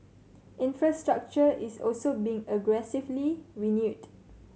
infrastructure is also being aggressively renewed